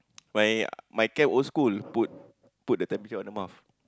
my my camp old school put put the temperature on the mouth